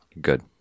Good